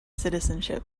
citizenship